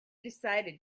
decided